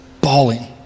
bawling